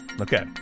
Okay